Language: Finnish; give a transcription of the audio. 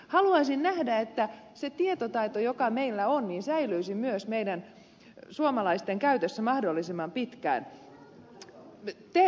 haluaisin nähdä että se tietotaito joka meillä on säilyisi myös meidän suomalaisten käytössä mahdollisimman pitkään